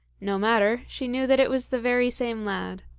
no matter she knew that it was the very same lad.